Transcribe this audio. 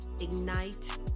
ignite